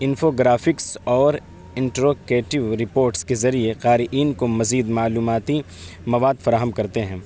info graphics اور interrogative reports کے ذریعے قارئین کو مزید معلوماتی مواد فراہم کرتے ہیں